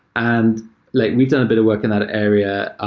and like we've done a bit of work in that area. ah